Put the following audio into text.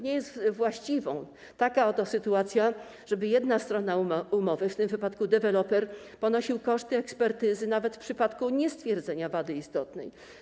Nie jest właściwa taka oto sytuacja, że jedna strona umowy, w tym wypadku deweloper, ponosi koszty ekspertyzy nawet w przypadku niestwierdzenia wady istotnej.